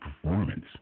performance